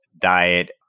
diet